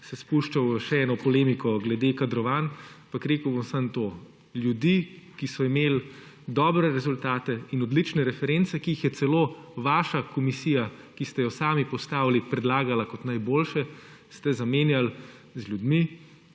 se spuščal v še eno polemiko glede kadrovanj, ampak rekel bom samo to. Ljudi, ki so imel dobre rezultate in odlične reference, ki jih je celo vaša komisija, ki ste jo sami postavili, predlagala kot najboljše, ste zamenjali z ljudmi,